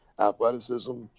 athleticism